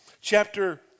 chapter